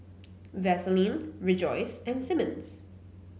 Vaseline Rejoice and Simmons